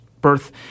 birth